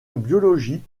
biologie